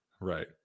right